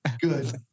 Good